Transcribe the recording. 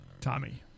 Tommy